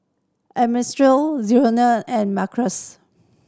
Zaire and Maurice